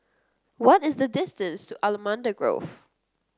what is the distance to Allamanda Grove